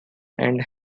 and